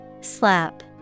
Slap